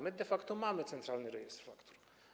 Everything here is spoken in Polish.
My de facto mamy Centralny Rejestr Faktur.